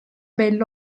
belli